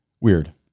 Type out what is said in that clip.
Weird